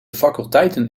faculteiten